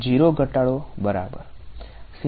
0 ધટાડો બરાબર